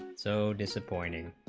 so disappointing